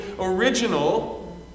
original